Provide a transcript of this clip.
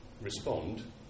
respond